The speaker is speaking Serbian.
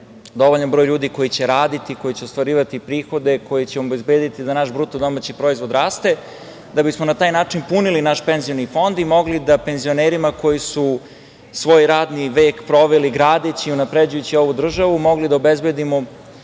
dovoljan broj ljudi koji će raditi, koji će ostvarivati prihode koji će obezbediti da naš BDP raste, da bismo na taj način punili naš penzioni fond i mogli da penzionerima koji su svoj radni vek proveli gradeći, unapređujući ovu državu, mogli da obezbedimo